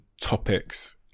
topics